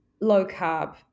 low-carb